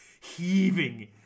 heaving